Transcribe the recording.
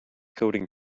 coding